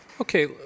Okay